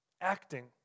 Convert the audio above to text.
acting